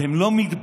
אתם לא מתביישים?